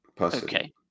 okay